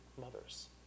mothers